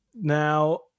Now